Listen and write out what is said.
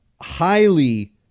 highly